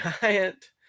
giant